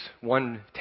one